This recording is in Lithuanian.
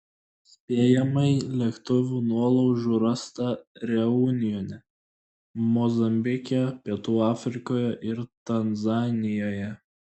spėjamai lėktuvų nuolaužų rasta reunjone mozambike pietų afrikoje ir tanzanijoje